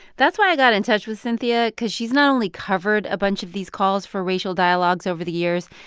that's why i got in touch with cynthia because she's not only covered a bunch of these calls for racial dialogues over the years,